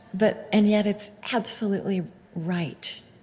but and yet, it's absolutely right.